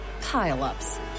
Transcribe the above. pile-ups